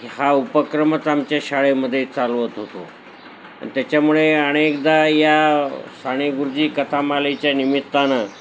हा उपक्रमच आमच्या शाळेमध्ये चालवत होतो आणि त्याच्यामुळे अनेकदा या साने गुरूजी कथामालेच्या निमित्तानं